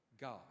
God